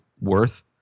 worth